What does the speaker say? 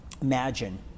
imagine